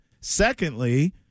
Secondly